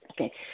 Okay